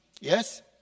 Yes